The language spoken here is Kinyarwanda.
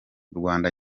rwanda